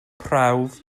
prawf